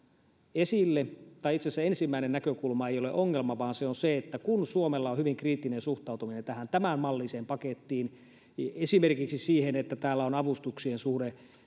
esille itse asiassa ensimmäinen ei ole ongelma vaan se on se näkökulma että kun suomella on hyvin kriittinen suhtautuminen tämän malliseen pakettiin esimerkiksi siihen että täällä on avustuksien suhde